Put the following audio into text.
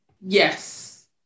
Yes